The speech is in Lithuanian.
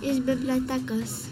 iš bibliotekos